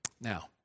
Now